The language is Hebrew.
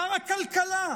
שר הכלכלה,